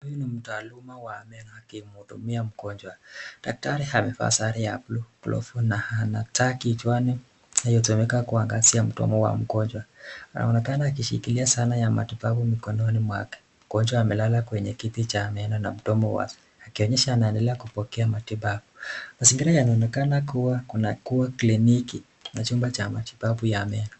Huyu ni mtaaluma wa meno akimhudumia mgonjwa. Daktari amevaa sare ya buluu, glovu na ana taa kichwani inayotumika kuangazia mdomo wa mgonjwa. Yaonekana akishikilia zana ya matibabu mkononi mwake. Mgonjwa amelala kwenye kiti cha meno na mdomo wazi akionyesha anaendelea kupokea matibabu. Mazingira yanaonekana kuwa kunakua kliniki na chumba cha matibabu ya meno.